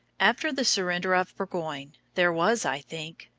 after the surrender of burgoyne, there was, i think,